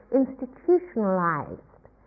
institutionalized